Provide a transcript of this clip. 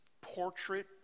portrait